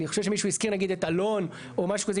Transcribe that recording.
אני חושב שמישהו הזכיר נגיד את אלון או משהו כזה,